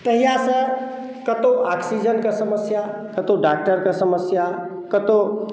तहियासँ कतहु ऑक्सीजनके समस्या कतहु डाक्टरके समस्या कतहु